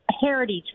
heritage